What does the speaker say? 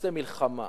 עושה מלחמה,